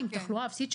עם תחלואה אפסית,